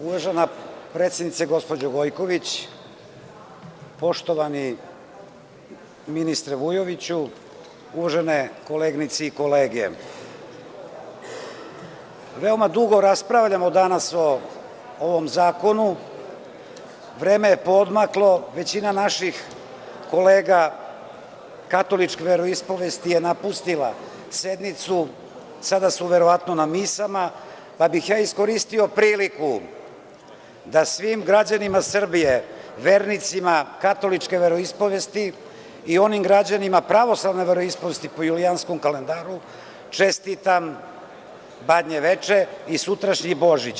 Uvažena predsednice gospođo Gojković, poštovani ministre Vujoviću, uvažene koleginice i kolege, veoma dugo raspravljamo danas o ovom zakonu i vreme je poodmaklo, većina naših kolega katoličke veroispovesti je napustila sednicu i sada su verovatno na misama, pa bih ja iskoristio priliku da svim građanima Srbije, vernicima katoličke veroispovesti i onim građanima pravoslavne veroispovesti, po Julijanskom kalendaru, čestitam Badnje veče i sutrašnji Božić.